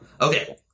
Okay